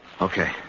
Okay